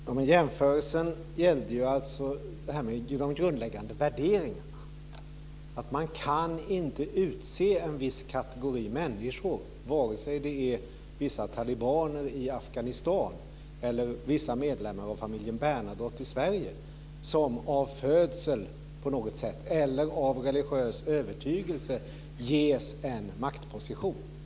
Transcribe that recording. Herr talman! Jämförelsen gällde alltså det här med de grundläggande värderingarna. Man kan inte utse en viss kategori människor, vare sig det är vissa talibaner i Afghanistan eller vissa medlemmar av familjen Bernadotte i Sverige som av födsel eller av religiös övertygelse ges en maktposition.